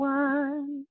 one